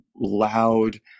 loud